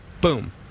Boom